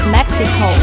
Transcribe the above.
Mexico